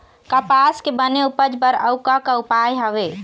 कपास के बने उपज बर अउ का का उपाय हवे?